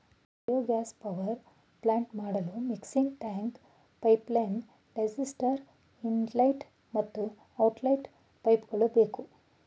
biogas power plant ಮಾಡಲು mixing tank, pipeline, digester, inlet ಮತ್ತು outlet ಪೈಪ್ಗಳು ಬೇಕು